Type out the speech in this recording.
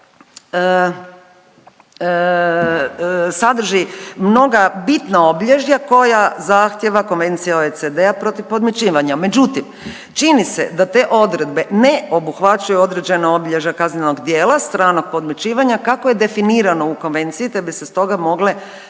sadrži mnoga bitna obilježja koja zahtijeva Konvencija OECD-a protiv podmićivanja. Međutim, čini se da te odredbe ne obuhvaćaju određena obilježja kaznenog djela stranog podmićivanja kako je definirano u konvenciji, te bi se stoga mogle dodatno